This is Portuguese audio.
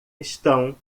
estão